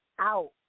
out